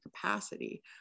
capacity